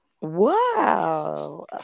Wow